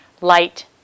light